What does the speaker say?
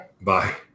Bye